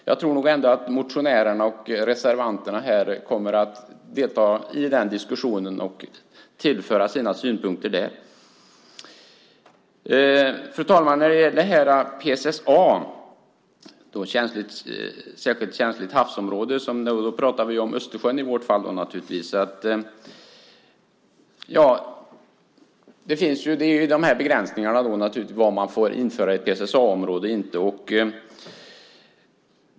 Jag tror nog att motionärerna och reservanterna i detta sammanhang kommer att delta i den diskussionen och tillföra sina synpunkter. Fru talman! När det gäller PSSA, särskilt känsligt havsområde, talar vi i vårt fall naturligtvis om Östersjön. Det finns begränsningar i fråga om vad man får införa i ett PSSA-område.